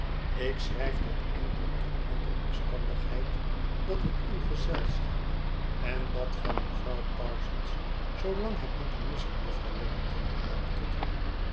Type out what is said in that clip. ik schrijf dat enkel toe aan de omstandigheid dat ik uw gezelschap en dat van mevrouw parsons zoo lang heb moeten missen juffrouw lillerton hernam tottle